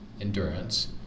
endurance